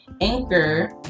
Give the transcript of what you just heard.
Anchor